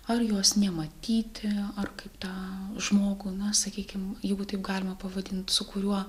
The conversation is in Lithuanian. ar jos nematyti ar kaip tą žmogų na sakykim jeigu taip galima pavadint su kuriuo